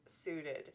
suited